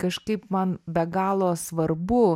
kažkaip man be galo svarbu